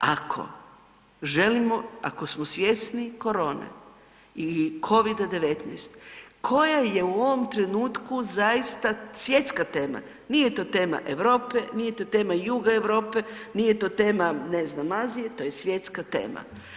Ako želimo, ako smo svjesni korone i Covida-19 koja je u ovom trenutku zaista svjetska tema, nije to tema Europe, nije to tema juga Europe, nije to tema ne znam Azije, to je svjetska tema.